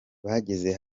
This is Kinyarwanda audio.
bageze